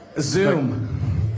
Zoom